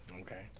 Okay